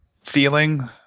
feeling